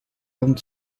around